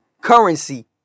Currency